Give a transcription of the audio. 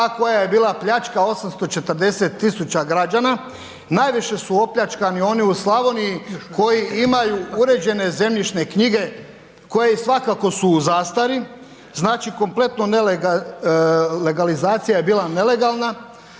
koja je bila pljačka 840 000 građana, najviše su opljačkani oni u Slavoniji koji imaju uređene zemljišne knjige koje svakako su u zastari, znači kompletno legalizacija je bila nelegalna